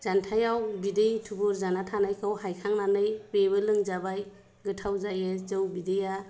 जान्थायाव बिदै थुबुर जाना थानायखौ हायखांनानै बेबो लोंजाबाय गोथाव जायो जौ बिदैया